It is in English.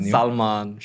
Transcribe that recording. Salman